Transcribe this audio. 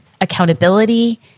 accountability